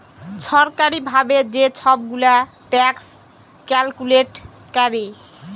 ছরকারি ভাবে যে ছব গুলা ট্যাক্স ক্যালকুলেট ক্যরে